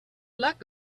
luck